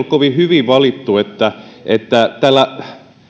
kovin hyvin valittu että että tällä